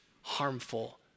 harmful